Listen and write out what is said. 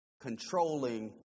controlling